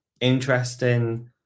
interesting